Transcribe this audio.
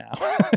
now